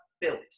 built